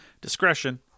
Discretion